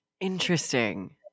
Interesting